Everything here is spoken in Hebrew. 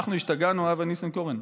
אנחנו השתגענו, אבי ניסנקורן?